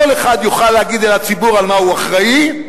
כל אחד יוכל להגיד לציבור למה הוא אחראי,